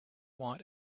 want